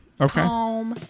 Okay